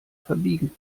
verbiegen